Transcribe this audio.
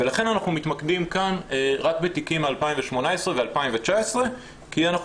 ולכן אנחנו מתמקדים כאן בתיקים מ- 2018 ו- 2019 כי אנחנו